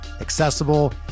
accessible